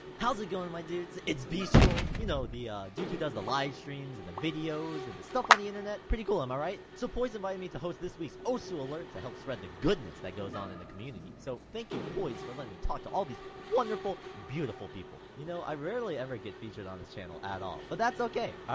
how is it going my dudes, it's beasttroll you know the dude who does the livestreams and the videos and the stuff on the internet pretty cool, am i right? so poised invited me to host this week's osu alert to help spread the goodness that goes on in the community so thank you poised for letting me talk to all these wonderful beautiful people you know i rarely ever get featured on this channel at all, but that's okay, alright,